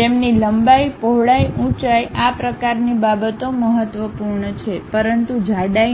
તેમની લંબાઈ પહોળાઈ ઉંચાઇ આ પ્રકારની બાબતો મહત્વપૂર્ણ છે પરંતુ જાડાઈ નથી